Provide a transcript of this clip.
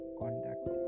conduct